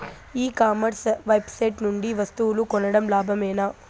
ఈ commerce website నుండి వస్తువులు కొనడం లాభమేనా?